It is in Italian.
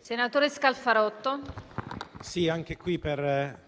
Signora Presidente, intervengo per